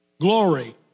Glory